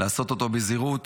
ולעשות אותו בזהירות.